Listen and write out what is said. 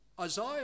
Isaiah